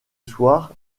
soir